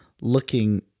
looking